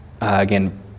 again